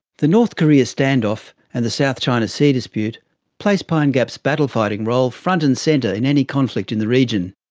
the north korea standoff and the south china sea dispute place pine gap's battle-fighting role front-and-centre in any conflict in the region.